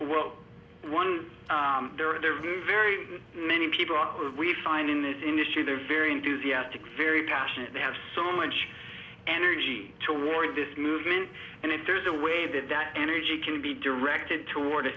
one there are very many people out we find in this industry they're very enthusiastic very passionate they have so much energy toward this movement and if there's a way that that energy can be directed toward a